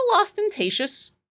ostentatious